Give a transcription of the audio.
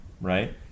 right